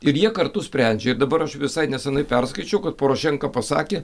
ir jie kartu sprendžia ir dabar aš visai nesenai perskaičiau kad porošenka pasakė